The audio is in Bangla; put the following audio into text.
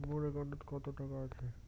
মোর একাউন্টত কত টাকা আছে?